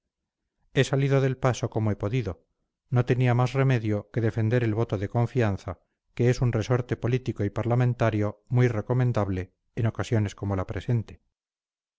he salido del paso como he podido no tenía más remedio que defender el voto de confianza que es un resorte político y parlamentario muy recomendable en ocasiones como la presente